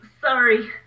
sorry